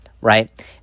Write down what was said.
right